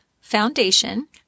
Foundation